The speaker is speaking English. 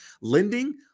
Lending